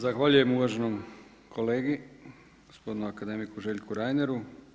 Zahvaljujem uvaženom kolegi gospodinu akademiku Željku Reineru.